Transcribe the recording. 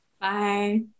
Bye